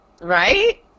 Right